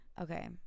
okay